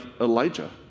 Elijah